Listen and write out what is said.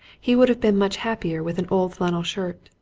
he would have been much happier with an old flannel shirt,